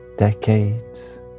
decades